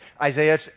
Isaiah